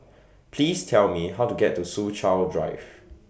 Please Tell Me How to get to Soo Chow Drive